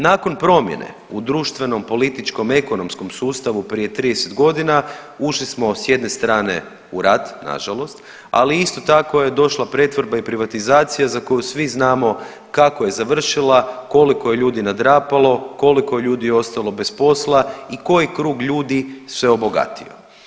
Nakon promjene u društvenom, političkom, ekonomskom sustavu prije 30 godina, ušli smo s jedne strane u rat, nažalost, ali isto tako je došla pretvorba i privatizacija za koju svi znamo kako je završila, koliko je ljudi nadrapalo, koliko je ljudi ostalo bez posla i koji krug ljudi se obogatio.